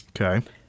Okay